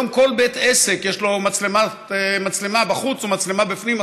היום לכל בית עסק יש מצלמה בחוץ או מצלמה בפנים.